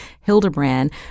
Hildebrand